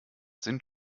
sind